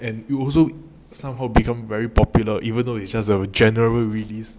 and it also somehow become very popular even though it's just a general release